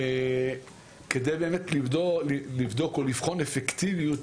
כדי באמת לבדוק או לבחון אפקטיביות,